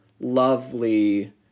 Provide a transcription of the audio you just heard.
lovely